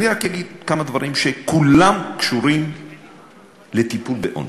אני רק אגיד כמה דברים שכולם קשורים לטיפול בעוני: